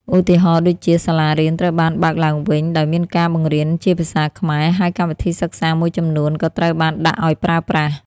ឧទាហរណ៍ ដូចជា សាលារៀនត្រូវបានបើកឡើងវិញដោយមានការបង្រៀនជាភាសាខ្មែរ ហើយកម្មវិធីសិក្សាមួយចំនួនក៏ត្រូវបានដាក់ឱ្យប្រើប្រាស់។